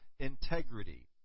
integrity